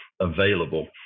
available